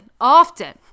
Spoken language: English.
often